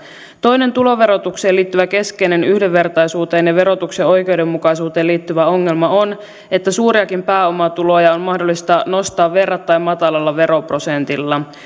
toinen tuloverotukseen liittyvä keskeinen yhdenvertaisuuteen ja verotuksen oikeudenmukaisuuteen liittyvä ongelma on että suuriakin pääomatuloja on mahdollista nostaa verrattain matalalla veroprosentilla